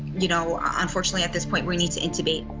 you know, unfortunately, at this point, we need to intubate.